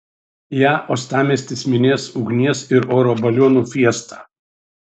ją uostamiestis minės ugnies ir oro balionų fiesta